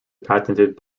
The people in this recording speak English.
patented